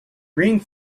ring